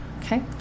Okay